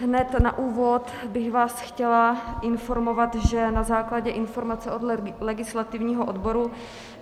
Hned na úvod bych vás chtěla informovat, že na základě informace od legislativního odboru,